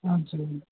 हजुर